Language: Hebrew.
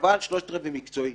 אבל שלושת רבעי מקצועי,